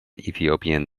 ethiopian